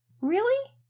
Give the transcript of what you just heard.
Really